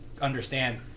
understand